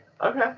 Okay